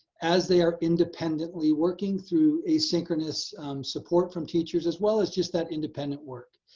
as they are independently working through asynchronous support from teachers as well, as just that independent work.